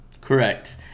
Correct